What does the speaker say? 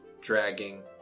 dragging